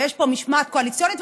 ויש פה משמעת קואליציונית,